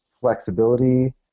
flexibility